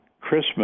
Christmas